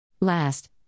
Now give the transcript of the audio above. Last